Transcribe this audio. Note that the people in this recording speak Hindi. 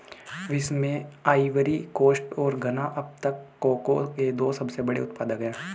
विश्व में आइवरी कोस्ट और घना अब तक कोको के दो सबसे बड़े उत्पादक है